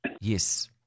Yes